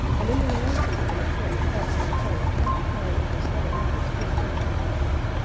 and in the relation of an important part to the whole they may carry a decided interest to the country at large.